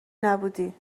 نبودی